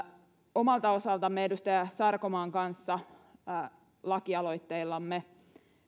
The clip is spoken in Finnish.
omalta osaltamme me edustaja sarkomaan kanssa lakialoitteillamme